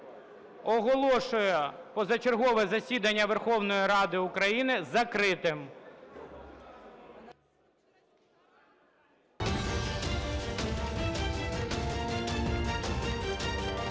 Оголошую позачергове засідання Верховної Ради України закритим.